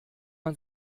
man